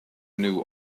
new